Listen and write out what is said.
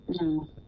No